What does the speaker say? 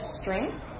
strength